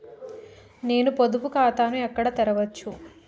నేను పొదుపు ఖాతాను ఎక్కడ తెరవచ్చు?